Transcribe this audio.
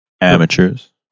Amateurs